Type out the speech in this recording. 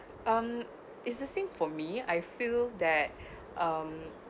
um it's the same for me I feel that um